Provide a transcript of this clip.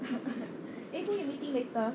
eh who you meeting later